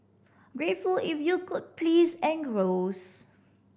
grateful if you could please engross